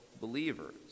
believers